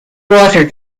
water